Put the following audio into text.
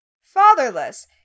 fatherless